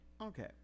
Okay